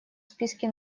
списке